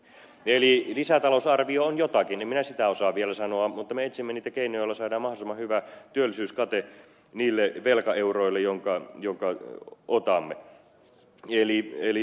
eli lisätalousarvio on jotakin mitä minä en osaa vielä sanoa mutta me etsimme niitä keinoja joilla saadaan mahdollisimman hyvä työllisyyskate niille velkaeuroille jotka otamme